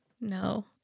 No